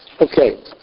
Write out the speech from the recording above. Okay